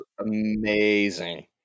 amazing